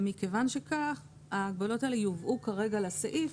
מכיוון שכך ההגבלות האלה יובאו כרגע לסעיף.